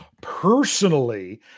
Personally